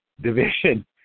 division